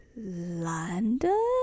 London